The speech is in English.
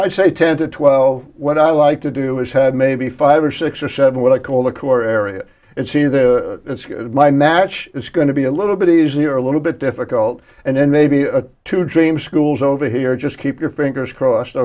i say ten to twelve what i like to do is have maybe five or six or seven what i call the core area and see the my match is going to be a little bit easier a little bit difficult and then maybe a two dream schools over here just keep your fingers crossed